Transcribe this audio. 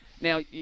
Now